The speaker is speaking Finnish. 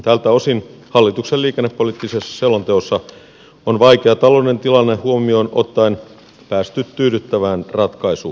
tältä osin hallituksen liikennepoliittisessa selonteossa on vaikea taloudellinen tilanne huomioon ottaen päästy tyydyttävään ratkaisuun